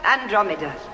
Andromeda